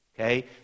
okay